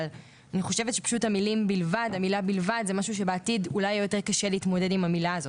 אבל אני חושבת שבעתיד יהיה קשה יותר להתמודד עם המילה "בלבד".